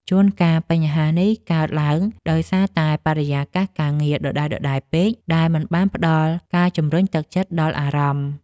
ជួនកាល បញ្ហានេះកើតឡើងដោយសារតែបរិយាកាសការងារដដែលៗពេក ដែលមិនបានផ្ដល់ការជំរុញទឹកចិត្តដល់អារម្មណ៍។